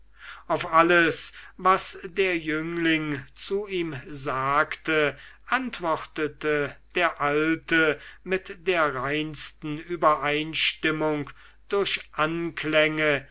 auf alles was der jüngling zu ihm sagte antwortete der alte mit der reinsten übereinstimmung durch anklänge